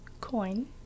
coin